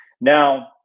Now